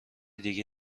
دیگه